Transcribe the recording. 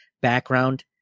background